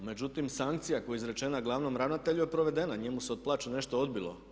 Međutim, sankcija koja je izrečena glavnom ravnatelju je provedena, njemu se od plaće nešto odbilo.